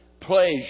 pleasure